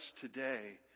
today